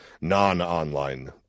non-online